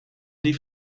die